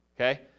okay